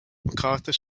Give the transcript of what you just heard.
macarthur